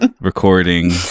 recording